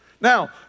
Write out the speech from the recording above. now